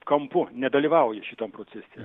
kampu nedalyvauja šitam procese